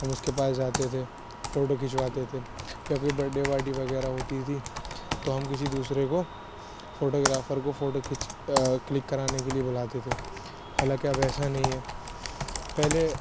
ہم اس کے پاس جاتے تھے فوٹو کھنچواتے تھے کیونکہ برتھ ڈے پارٹی وغیرہ ہوتی تھی تو ہم کسی دوسرے کو فوٹوگرافر کو فوٹو کھنچ کلک کرانے کے لیے بلاتے تھے حالانکہ اب ایسا نہیں ہے پہلے